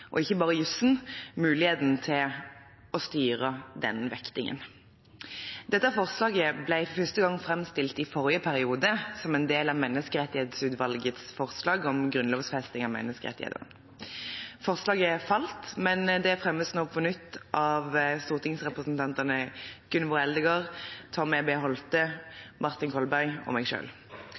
og ikke bare jussen muligheten til å styre denne vektingen. Dette forslaget ble første gang framsatt i forrige periode, som en del av Menneskerettighetsutvalgets forslag om grunnlovfesting av menneskerettighetene. Forslaget falt, men det fremmes nå på nytt av stortingsrepresentantene Gunvor Eldegard, Tom E. B. Holthe, Martin Kolberg og meg